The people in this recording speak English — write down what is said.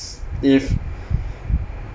if